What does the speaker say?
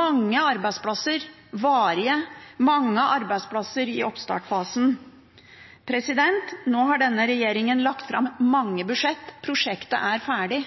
mange arbeidsplasser, varige, mange arbeidsplasser i oppstartsfasen. Nå har denne regjeringen lagt fram mange budsjett. Prosjektet er ferdig.